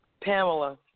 Pamela